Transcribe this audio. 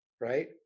right